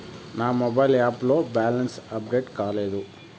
నా mobile app లో balance update కాలేదు